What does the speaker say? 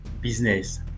business